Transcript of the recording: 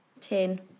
ten